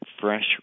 fresh